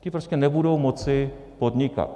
Ti prostě nebudou moci podnikat.